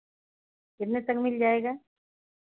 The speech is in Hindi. कितने तक मिल जाएगा